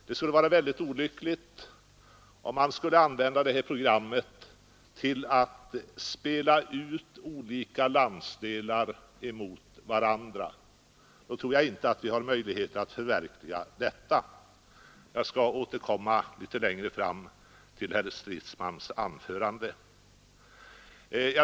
Det vore mycket olyckligt om programmet skulle användas till att spela ut olika landsdelar mot varandra. Då tror jag inte vi har möjlighet att förverkliga det. Jag skall litet längre fram återkomma till herr Stridsmans anförande.